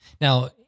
Now